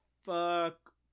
Fuck